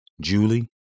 Julie